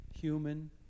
Human